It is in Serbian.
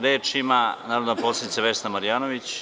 Reč ima narodna poslanica Vesna Marjanović.